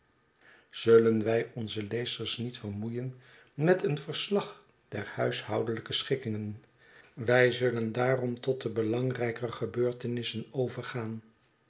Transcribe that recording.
zullen wij onze lezers niet vermoeien met een verslag der huishoudelijke schikkingen wij zullen daarom tot belangrijker gebeurtenissen overgaan